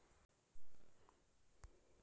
broad bean जिसे fava bean या faba bean भी कहा जाता है